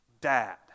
dad